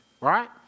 Right